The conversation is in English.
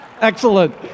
Excellent